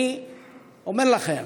אני אומר לכם,